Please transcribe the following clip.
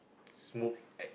smooth like